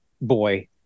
boy